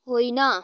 होइन